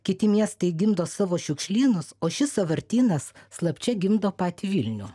kiti miestai gimdo savo šiukšlynus o šis sąvartynas slapčia gimdo patį vilnių